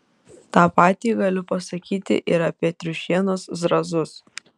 tą patį galiu pasakyti ir apie triušienos zrazus